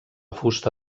fusta